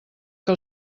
que